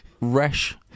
Rash